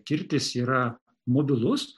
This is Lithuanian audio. kirtis yra mobilus